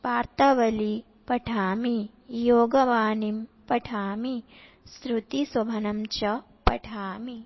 वार्तावलीं पठामि योगवाणीं पठामि श्रुतिशोभनं च पठामि